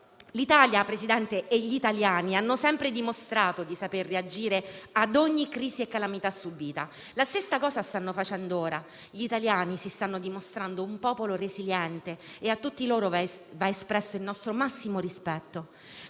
L'Italia e gli italiani hanno sempre dimostrato di saper reagire ad ogni crisi e calamità subita. La stessa cosa stanno facendo ora. Gli italiani si stanno dimostrando un popolo resiliente e a tutti loro va espresso il nostro massimo rispetto.